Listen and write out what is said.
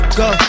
go